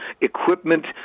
equipment